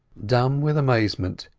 dumb with amazement,